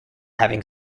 having